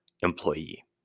employee